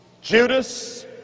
Judas